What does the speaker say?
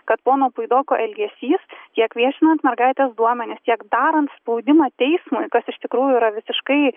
kad pono puidoko elgesys tiek viešinant mergaitės duomenis tiek darant spaudimą teismui kas iš tikrųjų yra visiškai